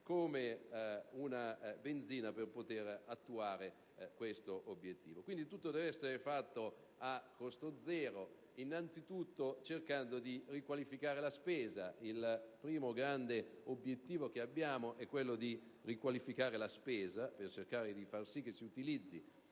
come benzina per poter attuare questo obiettivo. Quindi, tutto deve essere fatto a costo zero, innanzitutto cercando di riqualificare la spesa: il primo grande obiettivo che abbiamo, infatti, è proprio questo, per cercare di far sì che si utilizzi